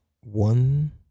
one